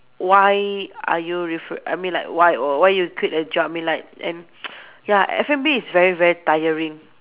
why are you refer I mean like why or why you quit the job I mean like and ya F&B is very very tiring